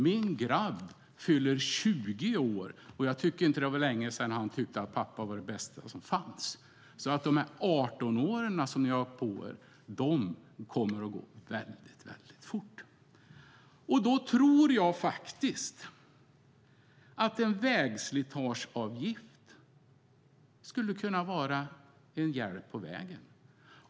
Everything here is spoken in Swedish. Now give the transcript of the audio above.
Min grabb fyller 20 i år, och det var inte länge sedan han tyckte att pappa var det bästa som fanns. De 18 år ni har på er kommer att gå fort. Jag tror att en vägslitageavgift är en hjälp på vägen.